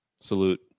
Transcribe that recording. Salute